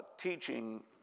teaching